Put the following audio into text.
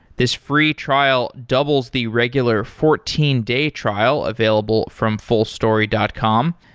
this free trial doubles the regular fourteen day trial available from fullstory dot com.